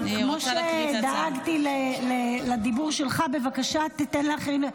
כמו שדאגתי לדיבור שלך, בבקשה, תן לאחרים.